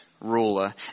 ruler